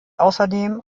außerdem